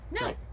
No